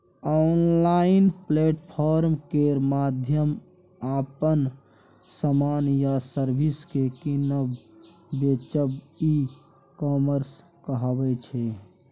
online platform केर माध्यमसँ अपन समान या सर्विस केँ कीनब बेचब ई कामर्स कहाबै छै